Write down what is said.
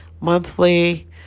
monthly